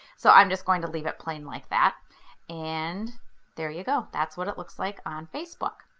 so i'm just going to leave it plain like that and there you go! that's what it looks like on facebook.